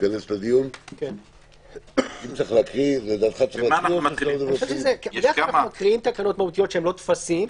בדרך כלל אנחנו מקריאים תקנות מהותיות שאינן טפסים.